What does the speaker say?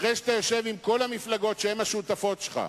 אחרי שאתה יושב עם כל המפלגות שהן השותפות שלך,